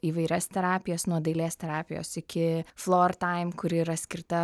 įvairias terapijas nuo dailės terapijos iki flor taim kuri yra skirta